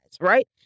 right